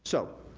so,